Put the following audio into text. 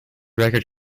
record